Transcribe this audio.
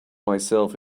myself